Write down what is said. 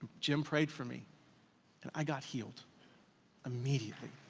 jim prayed for me and i got healed immediately.